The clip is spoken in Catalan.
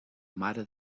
mare